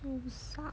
you suck